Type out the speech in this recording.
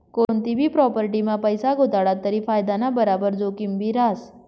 कोनतीभी प्राॅपटीमा पैसा गुताडात तरी फायदाना बराबर जोखिमभी रहास